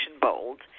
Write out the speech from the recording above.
Bold